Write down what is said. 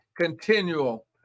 continual